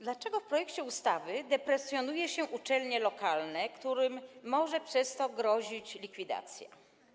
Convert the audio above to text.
Dlaczego w projekcie ustawy deprecjonuje się uczelnie lokalne, którym może przez to grozić likwidacja?